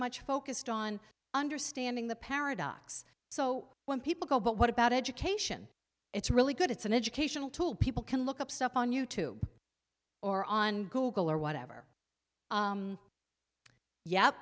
much focused on understanding the paradox so when people go but what about education it's a really good it's an educational tool people can look up stuff on you tube or on google or whatever yeah